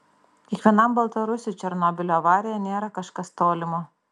kiekvienam baltarusiui černobylio avarija nėra kažkas tolimo